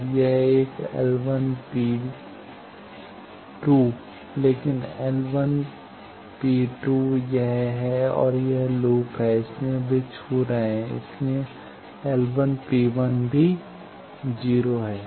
अब यह एक L P2 लेकिन L P2 यह है और यह लूप है इसलिए वे इसलिए छू रहे हैं इसलिए L P2 भी 0 है